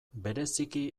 bereziki